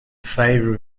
favour